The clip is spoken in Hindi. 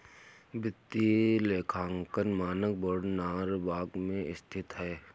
वित्तीय लेखांकन मानक बोर्ड नॉरवॉक में स्थित है